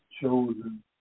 chosen